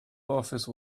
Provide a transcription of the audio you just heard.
office